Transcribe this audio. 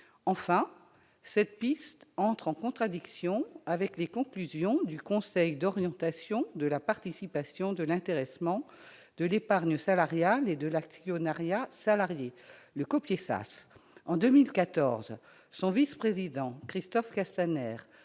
Enfin, cette piste entre en contradiction avec les conclusions du conseil d'orientation de la participation, de l'intéressement, de l'épargne salariale et de l'actionnariat salarié, le COPIESAS. En 2014, son vice-président, Christophe Castaner,